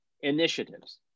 initiatives